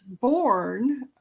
born